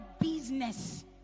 business